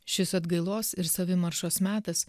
šis atgailos ir savimaršos metas